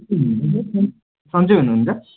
सन्चै हुनु हुन्छ